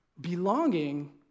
Belonging